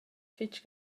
fich